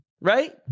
right